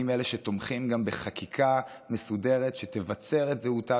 אני מאלה שתומכים גם בחקיקה מסודרת שתבצר את זהותה